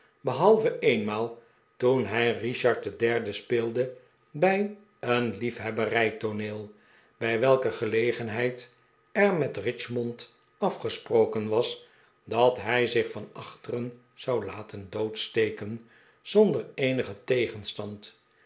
behalve eenmaal toen hij richard den derde speelde bij een liefhebberijtooneel bij welke gelegenheid er met richmond afgesproken was dat hij zich van achteren zou laten doorsteken zonder eenigen tegenstand